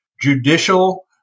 judicial